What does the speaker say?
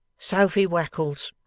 sophy wackles